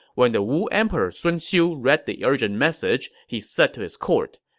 when the wu emperor sun xiu read the urgent message, he said to his court,